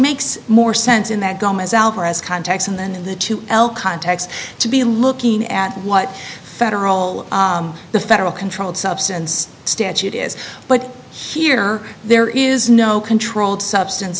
makes more sense in that gomez alvarez contacts and then the two l contacts to be looking at what federal the federal controlled substance statute is but here there is no controlled substance